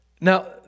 Now